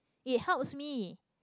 it helps me